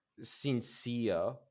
sincere